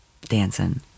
dancing